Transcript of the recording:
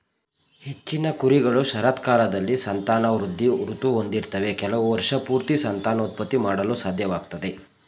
ಹೆಚ್ಚಿನ ಕುರಿಗಳು ಶರತ್ಕಾಲದಲ್ಲಿ ಸಂತಾನವೃದ್ಧಿ ಋತು ಹೊಂದಿರ್ತವೆ ಕೆಲವು ವರ್ಷಪೂರ್ತಿ ಸಂತಾನೋತ್ಪತ್ತಿ ಮಾಡಲು ಸಾಧ್ಯವಾಗ್ತದೆ